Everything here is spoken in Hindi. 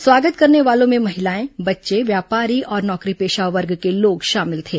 स्वागत करने वालों में महिलाए बच्चे व्यापारी और नौकरीपेशा वर्ग के लोग शामिल थे